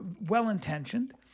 Well-intentioned